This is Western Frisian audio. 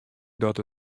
dat